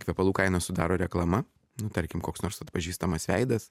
kvepalų kainos sudaro reklama nu tarkim koks nors atpažįstamas veidas